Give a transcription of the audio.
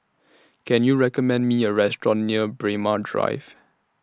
Can YOU recommend Me A Restaurant near Braemar Drive